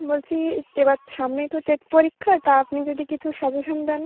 বলছি এবার সামনেই তো টেট পরীক্ষা তা আপনি যদি কিছু সাজেশান দেন